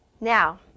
Now